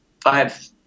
five